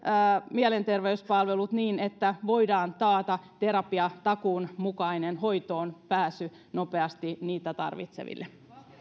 mielenterveyspalvelut niin että voidaan taata terapiatakuun mukainen hoitoonpääsy nopeasti niitä tarvitseville